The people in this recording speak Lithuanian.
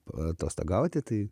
paatostogauti tai